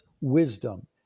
wisdom